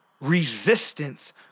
Resistance